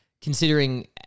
considering